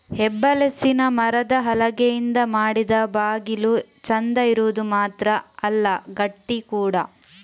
ಹೆಬ್ಬಲಸಿನ ಮರದ ಹಲಗೆಯಿಂದ ಮಾಡಿದ ಬಾಗಿಲು ಚಂದ ಇರುದು ಮಾತ್ರ ಅಲ್ಲ ಗಟ್ಟಿ ಕೂಡಾ